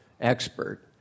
expert